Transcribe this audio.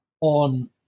on